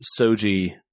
Soji